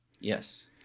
Yes